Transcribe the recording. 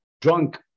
drunk